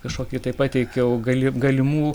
kažkokį tai pateikiau gali galimų